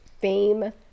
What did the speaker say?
fame